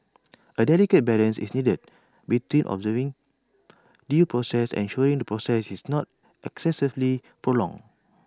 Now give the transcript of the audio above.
A delicate balance is needed between observing due process and ensuring the process is not excessively prolonged